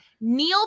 Neil